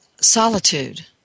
solitude